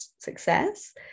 success